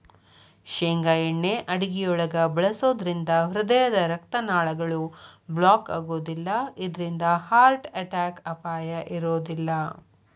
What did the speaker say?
ಶೇಂಗಾ ಎಣ್ಣೆ ಅಡುಗಿಯೊಳಗ ಬಳಸೋದ್ರಿಂದ ಹೃದಯದ ರಕ್ತನಾಳಗಳು ಬ್ಲಾಕ್ ಆಗೋದಿಲ್ಲ ಇದ್ರಿಂದ ಹಾರ್ಟ್ ಅಟ್ಯಾಕ್ ಅಪಾಯ ಇರೋದಿಲ್ಲ